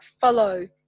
follow